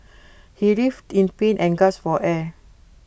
he writhed in pain and gasped for air